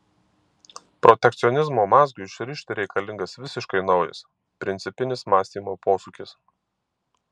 protekcionizmo mazgui išrišti reikalingas visiškai naujas principinis mąstymo posūkis